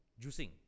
juicing